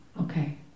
Okay